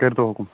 کٔرۍ تو حُکُم